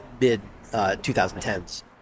mid-2010s